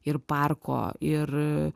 ir parko ir